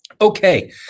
Okay